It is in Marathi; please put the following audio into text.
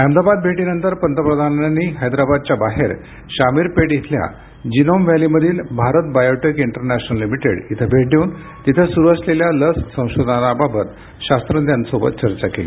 अहमदाबाद भेटीनंतर पंतप्रधानांनी हैदराबादच्या बाहेर शामिरपेट इथल्या जिनोम वॅलीमधील भारत बायोटेक इंटरनॅशनल लिमिटेड इथं भेट देऊन तिथं सुरु असलेल्या लस संशोधनाबाबत शास्त्रज्ञांसोबत चर्चा केली